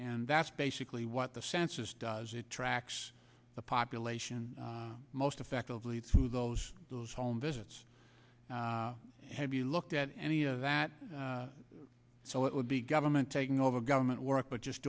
and that's basically what the census does it tracks the population most effectively through those those home visits have you looked at any of that so it would be government taking over government work but just